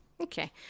Okay